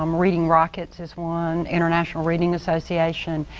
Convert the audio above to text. um reading rockets is one, international reading association.